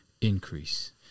increase